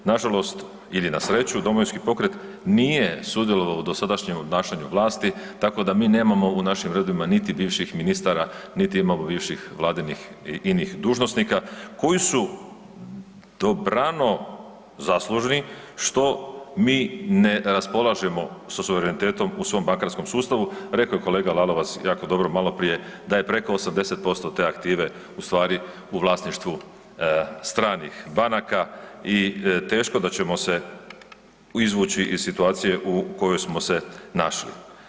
Nažalost ili na sreću, Domovinski pokret nije sudjelovao u dosadašnjem obnašanju vlasti, tako da mi nemamo u našim redovima niti bivšim ministara niti imamo bivših vladinim i inih dužnosnika koji su dobrano zaslužni što mi ne raspolažemo sa suverenitetom u svom bankarskom sustavu, rekao je kolega Lalovac jako dobro maloprije, da je preko 80% te aktive ustvari u vlasništvu stranih banaka i teško da ćemo se izvući iz situacije u koju smo se našli.